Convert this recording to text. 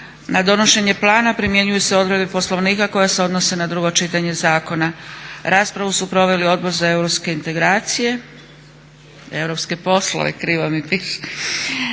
Na donošenje plana primjenjuju se odredbe Poslovnika koje se odnose na drugo čitanje zakona. Raspravu su proveli Odbor za europske poslove, Odbor za